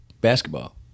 basketball